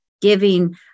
Giving